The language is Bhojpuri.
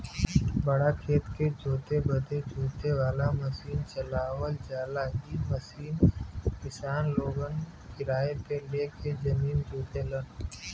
बड़ा खेत के जोते बदे जोते वाला मसीन चलावल जाला इ मसीन किसान लोगन किराए पे ले के जमीन जोतलन